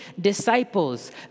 disciples